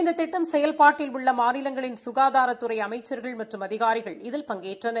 இந்த திட்டம் செயல்பாட்டில் உள்ள மாநிலங்களின் சுகாதாரத்துறை அமைச்சா்கள் மற்றும் அதிகாரிகள் இதில் பங்கேற்றனர்